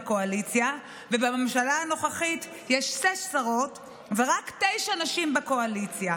בקואליציה ובממשלה הנוכחית יש שש שרות ורק תשע נשים בקואליציה,